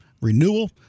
renewal